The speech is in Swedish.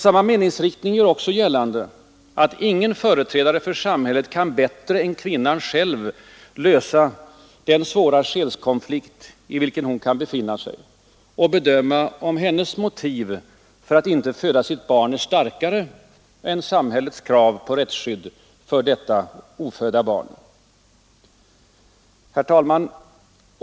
Samma meningsriktning gör också gällande, att ingen företrädare för samhället kan bättre än kvinnan själv lösa den svåra själskonflikt i vilken hon kan befinna sig och bedöma om hennes motiv för att inte föda sitt barn är starkare än samhällets krav på rättsskydd för detta ofödda barn. Herr talman!